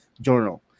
journal